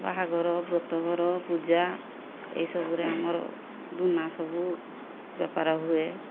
ବାହାଘର ବ୍ରତଘର ପୂଜା ଏସବୁରେ ଆମର ଧୂନା ସବୁ ବେପାର ହୁଏ